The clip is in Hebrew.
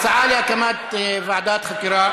הצעה להקמת ועדת חקירה